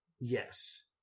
Yes